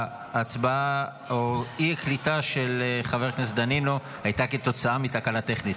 ההצבעה או האי-קליטה של חבר הכנסת דנינו הייתה כתוצאה מתקלה טכנית.